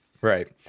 right